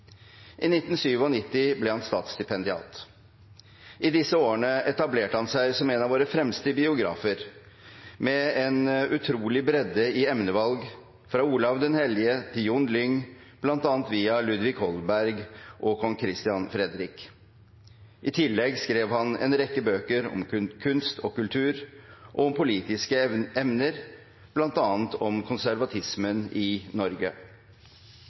I 1997 ble han statsstipendiat. I disse årene etablerte han seg som en av våre fremste biografer – med en utrolig bredde i emnevalg – fra Olav den hellige til John Lyng, bl.a. via Ludvig Holberg og kong Christian Frederik. I tillegg skrev han en rekke bøker om kunst og kultur og om politiske emner, bl.a. om konservatismen i Norge.